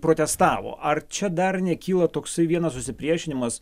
protestavo ar čia dar nekyla toksai vienas susipriešinimas